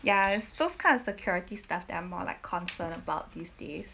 ya it's those kind of security stuff that I'm more like concerned about these days